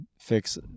fix